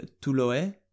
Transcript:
Toulouet